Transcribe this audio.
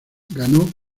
ganó